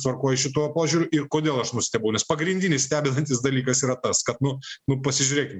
tvarkoj šituo požiūriu ir kodėl aš nustebau nes pagrindinis stebinantis dalykas yra tas kad nu nu pasižiūrėkim